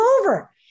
over